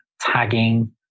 tagging